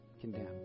condemn